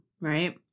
right